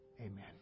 Amen